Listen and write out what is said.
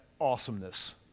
awesomeness